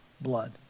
blood